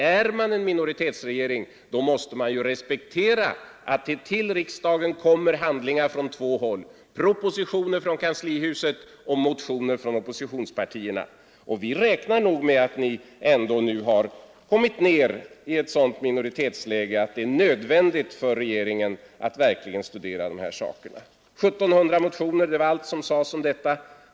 Är man en minoritetsregering måste man respektera att det till riksdagen kommer handlingar från två håll, propositioner från kanslihuset och motioner från oppositionspartierna. Vi räknar nog med att ni nu ändå har kommit ned i ett sådant minoritetsläge att det är nödvändigt för regeringen att verkligen studera våra förslag. Det väcktes ca 1 600 motioner — det var allt som sades om detta.